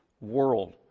world